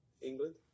England